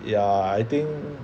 ya I think